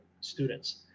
students